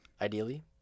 ideally